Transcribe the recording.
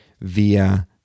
via